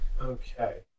Okay